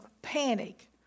panic